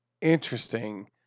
interesting